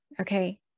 Okay